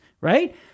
right